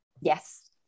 Yes